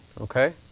Okay